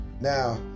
Now